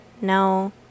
No